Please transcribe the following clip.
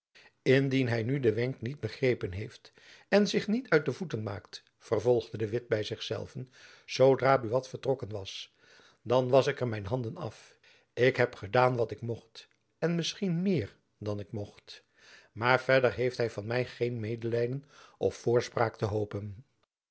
indien hy nu den wenk niet begrepen heeft en zich niet uit de voeten maakt vervolgde de witt by zich zelven zoodra buat vertrokken was dan wasch ik er mijn handen af ik heb gedaan wat ik mocht en misschien meer dan ik mocht maar verder heeft hy van my geen medelijden of voorspraak te hopen